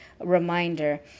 reminder